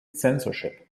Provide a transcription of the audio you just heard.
censorship